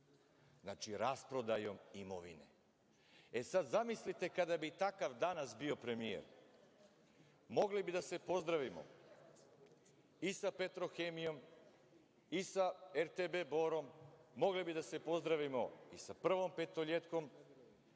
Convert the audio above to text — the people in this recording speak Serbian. rasprodajom imovine.E sad, zamislite kada bi takav danas bio premijer, mogli bi da se pozdravimo i sa „Petrohemijom“, sa RTB Borom, mogli bi da se pozdravimo i sa „Prvom petoljetkom“,